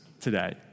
today